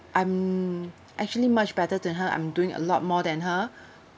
I'm actually much better than her I'm doing a lot more than her